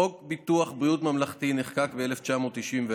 חוק ביטוח בריאות ממלכתי נחקק ב-1994,